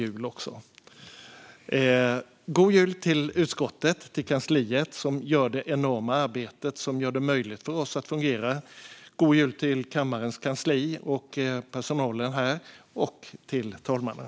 Jag önskar god jul till utskottet och kansliet, som gör ett enormt arbete som gör det möjligt för oss att fungera, och god jul till kammarens kansli och personalen här och till talmannen.